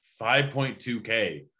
5.2K